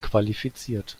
qualifiziert